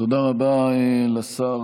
תודה רבה לשר